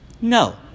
No